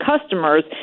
customers